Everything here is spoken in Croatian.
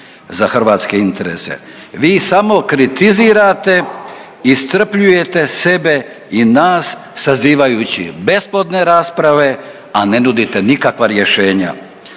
na hrvatske interese. Vi samo kritizirate, iscrpljujete sebe i nas sazivajući besplodne rasprave, a ne nudite nikakva rješenja.